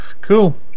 cool